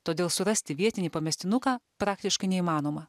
todėl surasti vietinį pamestinuką praktiškai neįmanoma